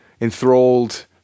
enthralled